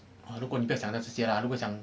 啊如果你不要想到这些啦如果想